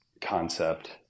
concept